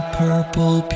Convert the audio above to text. purple